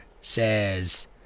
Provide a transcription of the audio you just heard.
says